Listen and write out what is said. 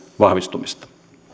vahvistumista